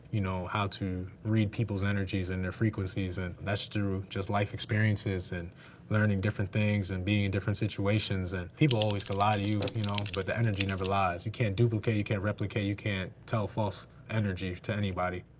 you know, how to read people's energies and their frequencies and through just life experiences and learning different things and being in different situations and people always could lie to you, you know, but the energy never lies. you can't duplicate, you can't replicate, you can't tell false energy to anybody.